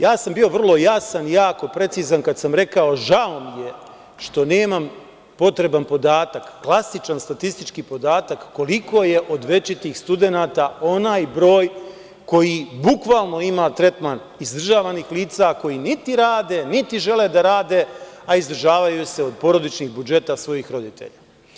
Ja sam bio vrlo jasan i jako precizan kada sam rekao – žao mi je što nemam potreban podatak, klasičan statistički podatak koliko je od večitih studenata onaj broj koji bukvalno ima tretman izdržavanih lica, koji niti rade, niti žele da rade, a izdržavaju se od porodičnih budžeta svojih roditelja.